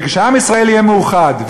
וכשעם ישראל יהיה מאוחד,